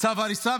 צו הריסה,